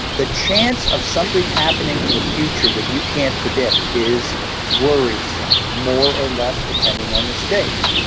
the chance of something happening in the future that you can't predict is worrisome, more or less depending on the stakes.